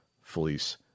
fleece